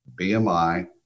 BMI